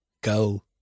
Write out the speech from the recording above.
go